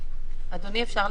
אנחנו רוצים לעזור באכיפה.